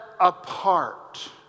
apart